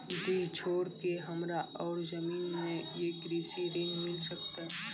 डीह छोर के हमरा और जमीन ने ये कृषि ऋण मिल सकत?